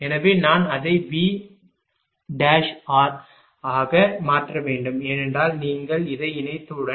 எனவே நான் அதை VR ஆக மாற்ற வேண்டும் ஏனென்றால் நீங்கள் இதை இணைத்தவுடன்